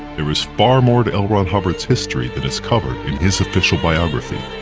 there is far more to l. ron hubbard's history than is covered in his official biography.